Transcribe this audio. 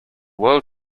world